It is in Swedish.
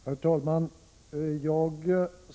Herr talman!